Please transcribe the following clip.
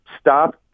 stop